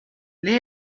les